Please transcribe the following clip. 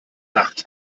nacht